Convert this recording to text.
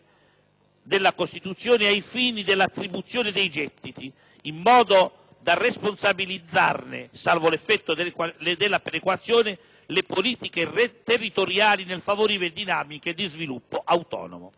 della Costituzione, ai fini dell'attribuzione dei gettiti, in modo da responsabilizzarne - salvo l'effetto della perequazione - le politiche territoriali nel favorire dinamiche di sviluppo autonomo.